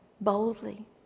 boldly